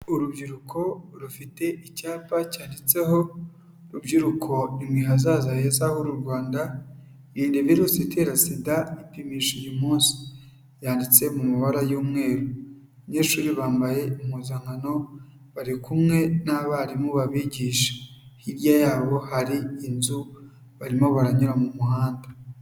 Urubyiruko rufite icyapa cyanditseho rubyiruko ni mwe hazaza heza h'uru Rwanda, irinde virusi itera SIDA ipimisha uyu munsi, yanditse mu mabara y'umweru, abanyeshuri bambaye impuzankano bari kumwe n'abarimu babigisha, hirya yabo hari inzu barimo baranyura mu muhanda.